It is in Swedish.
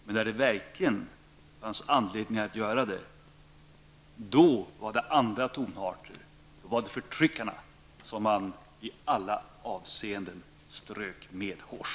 Men när det verkligen fanns anledning att göra det ljöd andra tongångar. Då var det förtryckarna som de svenska kommunisterna strök medhårs.